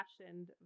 fashioned